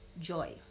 joy